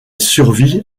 survit